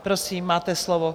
Prosím, máte slovo.